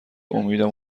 امیدم